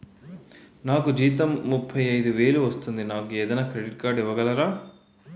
నాకు జీతం ముప్పై ఐదు వేలు వస్తుంది నాకు ఏదైనా క్రెడిట్ కార్డ్ ఇవ్వగలరా?